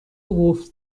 قفل